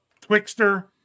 Twixter